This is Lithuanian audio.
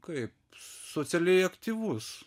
kaip socialiai aktyvus